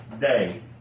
day